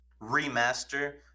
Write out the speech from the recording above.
remaster